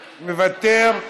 מוותר,